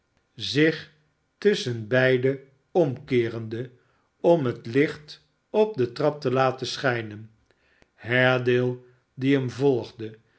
zich tusschenbeide omkeerende om het licht op de trap te laten schijnen haredale die hem volgde